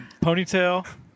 Ponytail